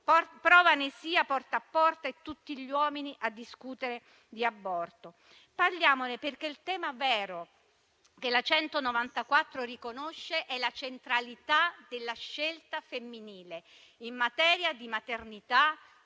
prova ne sia «Porta a porta» e tutti gli uomini a discutere di aborto. Parliamone, perché il tema vero che la 194 riconosce è la centralità della scelta femminile in materia di maternità, sessualità